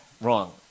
wrong